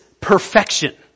perfection